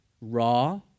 raw